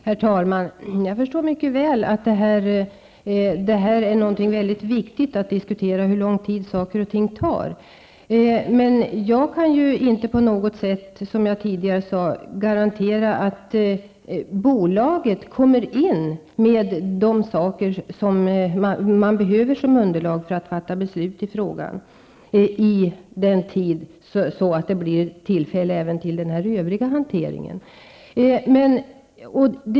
Herr talman! Jag förstår mycket väl att det är väldigt viktigt att diskutera hur lång tid saker och ting tar. Jag kan emellertid inte garantera att bolaget inkommer med det underlag som krävs för att kunna fatta beslut i frågan i tid för att ge tillfälle till övrig hantering.